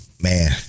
man